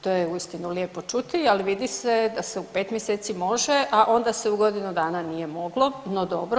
To je uistinu lijepo čuti, ali vidi se da se u 5 mjeseci može, a onda se u godinu dana nije moglo, no dobro.